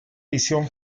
visión